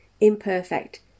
imperfect